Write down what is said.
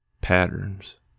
patterns